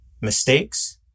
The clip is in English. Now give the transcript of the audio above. mistakes